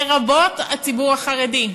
לרבות הציבור החרדי.